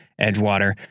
Edgewater